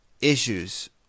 issues